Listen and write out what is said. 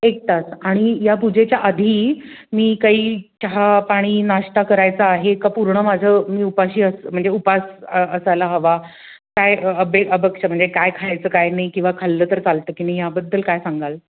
एक तास आणि या पूजेच्या आधी मी काही चहा पाणी नाश्ता करायचा आहे का पूर्ण माझं मी उपाशी अस म्हणजे उपास अ असायला हवा काय अबे अभक्ष्य म्हणजे काय खायचं काय नाही किंवा खाल्लं तर चालतं की नाही याबद्दल काय सांगाल